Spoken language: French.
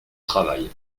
travail